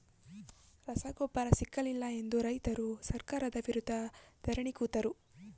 ರಸಗೊಬ್ಬರ ಸಿಕ್ಕಲಿಲ್ಲ ಎಂದು ರೈತ್ರು ಸರ್ಕಾರದ ವಿರುದ್ಧ ಧರಣಿ ಕೂತರು